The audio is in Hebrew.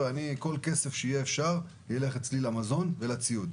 כל כסף שאפשר הולך למזון וציוד.